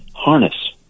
Harness